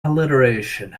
alliteration